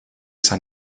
san